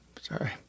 Sorry